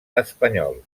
espanyols